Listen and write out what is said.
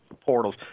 portals